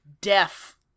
deaf